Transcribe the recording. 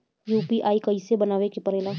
UPI कइसे बनावे के परेला?